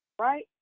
right